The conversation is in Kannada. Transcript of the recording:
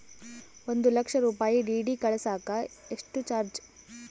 ಒಂದು ಲಕ್ಷ ರೂಪಾಯಿ ಡಿ.ಡಿ ಕಳಸಾಕ ಎಷ್ಟು ಚಾರ್ಜ್?